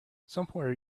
somewhere